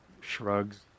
shrugs